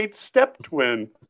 step-twin